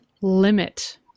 limit